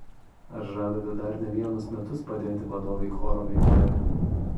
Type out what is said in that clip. ar žadate dar ne vienus metus padėti vadovei choro veikloje